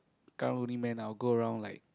karang guni man I'll go around like